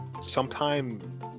sometime